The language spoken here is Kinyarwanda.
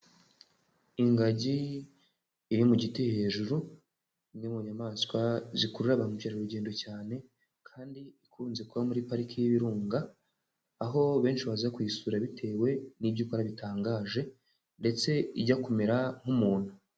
Ingagi iri mu giti hejuru, imwe mu nyamaswa zikurura ba mukerarugendo cyane kandi ikunze kuba muri pariki y'Ibirunga, aho benshi baza kuyisura bitewe n'ibyo ikora bitangaje ndetse ijya kumera nk'umuntu.